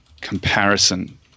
comparison